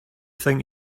think